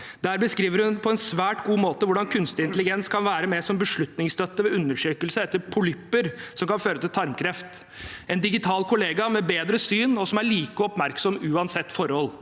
Der beskriver hun på en svært god måte hvordan kunstig intelligens kan være med som beslutningsstøtte ved undersøkelse etter polypper som kan føre til tarmkreft. Det kan være en digital kollega med bedre syn som er like oppmerksom uansett forhold,